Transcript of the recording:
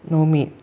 no meat